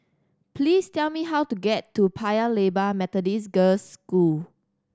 please tell me how to get to Paya Lebar Methodist Girls' School